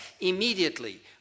Immediately